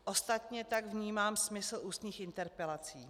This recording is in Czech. Ostatně tak vnímám smysl ústních interpelací.